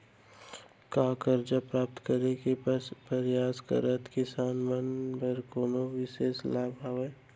का करजा प्राप्त करे के परयास करत किसान मन बर कोनो बिशेष लाभ हवे?